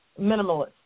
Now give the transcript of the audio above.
minimalist